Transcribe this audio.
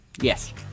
Yes